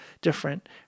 different